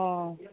অঁ